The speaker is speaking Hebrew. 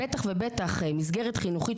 בטח ובטח מסגרת חינוכית,